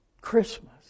Christmas